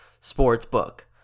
Sportsbook